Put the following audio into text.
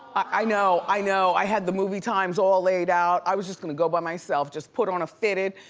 i know, i know. i had the movie times all laid out. i was just gonna go by myself, just put on a fitted,